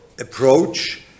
approach